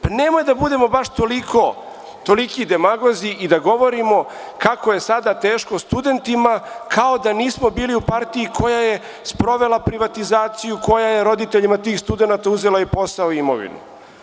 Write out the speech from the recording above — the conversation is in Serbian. Pa, nemoj da budemo baš toliki demagozi i da govorimo kako je sada teško studentima, kao da nismo bili u partiji koja je sprovela privatizaciju, koja je roditeljima tih studenata uzela posao i imovinu.